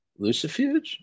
Lucifuge